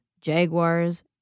jaguars